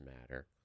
matter